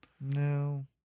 No